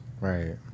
Right